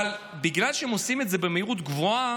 אבל בגלל שהם עושים את זה במהירות גבוהה,